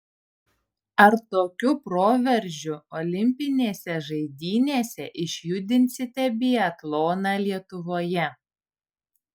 ar tokiu proveržiu olimpinėse žaidynėse išjudinsite biatloną lietuvoje